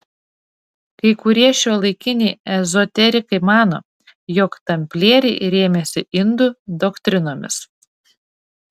kai kurie šiuolaikiniai ezoterikai mano jog tamplieriai rėmėsi indų doktrinomis